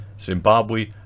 Zimbabwe